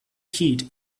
heat